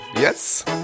Yes